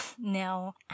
no